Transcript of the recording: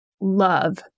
love